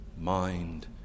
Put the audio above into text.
mind